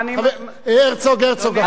חבר הכנסת הרצוג.